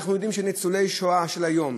אנחנו יודעים שניצולי השואה של היום,